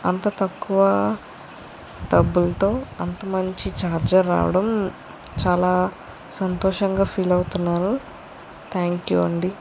అంత తక్కువ డబ్బులతో అంత మంచి చార్జర్ రావడం చాలా సంతోషంగా ఫీల్ అవుతున్నాను థ్యాంక్ యు అండి